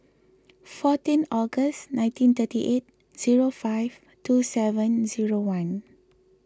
fourteen August nineteen thirty eight zero five two seven zero one